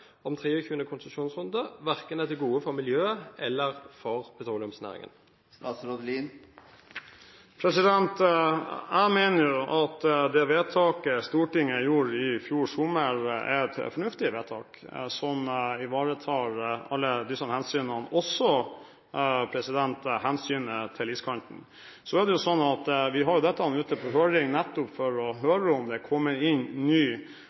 om 23. konsesjonsrunde, verken er til gode for miljøet eller er til gode for petroleumsnæringen? Jeg mener at det vedtaket Stortinget gjorde i fjor sommer, er et fornuftig vedtak som ivaretar alle disse hensynene, også hensynet til iskanten. Vi har også dette ute på høring for å høre om det er kommet inn